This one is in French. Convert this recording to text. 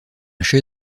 chef